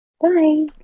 Bye